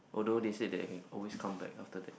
although they said that I can always come back after that